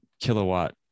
kilowatt